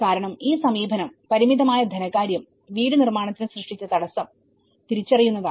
കാരണം ഈ സമീപനം പരിമിതമായ ധനകാര്യം വീട് നിർമ്മാണത്തിന് സൃഷ്ടിച്ച തടസ്സം തിരിച്ചറിയുന്നതാണ്